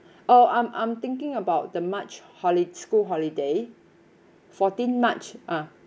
oh I'm I'm thinking about the march holi~ school holiday fourteen march ah